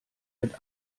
mit